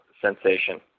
sensation